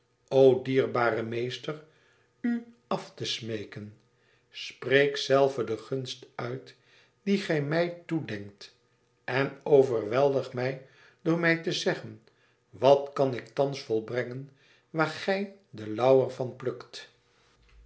o dierbare meester u af te smeeken spreek zelve de gunst uit die gij mij toe denkt en overweldig mij door mij te zeggen wat kan ik thans volbrengen waar gij den lauwer van plukt